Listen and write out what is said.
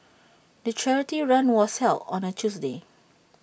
the charity run was held on A Tuesday